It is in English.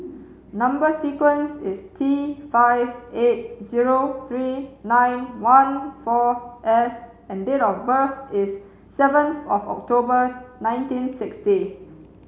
number sequence is T five eight zero three nine one four S and date of birth is seventh of October nineteen sixty